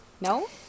No